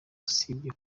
usibye